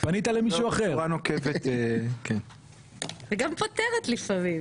בוועדת חוקה פותרים את הבעיה.